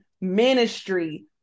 ministry